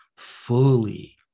Fully